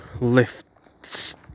lifts